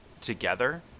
together